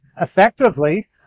effectively